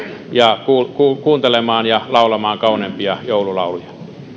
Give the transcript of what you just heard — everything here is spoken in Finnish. kuuntelemaan ja laulamaan kauneimpia joululauluja